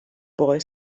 boy